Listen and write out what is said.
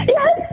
Yes